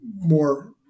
more